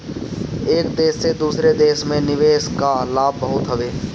एक देस से दूसरा देस में निवेश कअ लाभ बहुते हवे